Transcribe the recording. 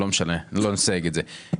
לא משנה; לא נסייג את זה.